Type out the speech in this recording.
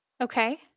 okay